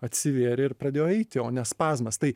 atsivėrė ir pradėjo eiti o ne spazmas tai